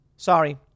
Sorry